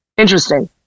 interesting